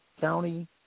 county